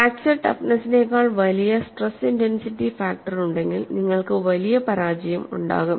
fracture ടഫ്നെസ്സിനെക്കാൾ വലിയ stress intensity factor ഉണ്ടെങ്കിൽ നിങ്ങൾക്ക് വലിയ പരാജയം ഉണ്ടാകും